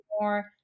more